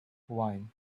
wine